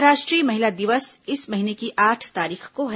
अंतर्राष्ट्रीय महिला दिवस इस महीने की आठ तारीख को है